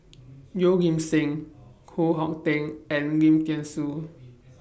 Yeoh Ghim Seng Koh Hong Teng and Lim Thean Soo